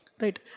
Right